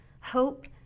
hope